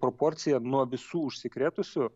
proporcija nuo visų užsikrėtusių